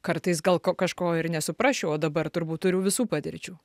kartais gal ko kažko ir nesuprasčiau o dabar turbūt turiu visų patirčių